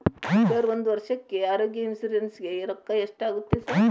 Sir ಒಂದು ವರ್ಷಕ್ಕೆ ಆರೋಗ್ಯ ಇನ್ಶೂರೆನ್ಸ್ ಗೇ ರೊಕ್ಕಾ ಎಷ್ಟಾಗುತ್ತೆ ಸರ್?